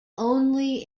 only